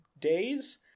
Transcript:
days